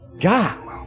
God